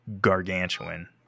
gargantuan